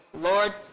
Lord